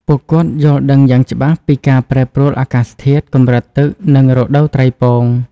ពួកគាត់យល់ដឹងយ៉ាងច្បាស់ពីការប្រែប្រួលអាកាសធាតុ កម្រិតទឹក និងរដូវត្រីពង។